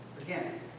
again